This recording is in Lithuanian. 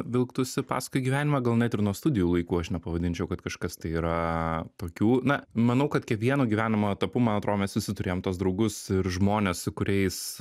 vilktųsi paskui gyvenimą gal net ir nuo studijų laikų aš nepavadinčiau kad kažkas tai yra tokių na manau kad kiekvieno gyvenimo etapu man atrodo mes visi turėjom tuos draugus ir žmones su kuriais